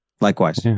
Likewise